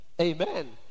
Amen